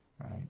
right